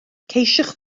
ceisiwch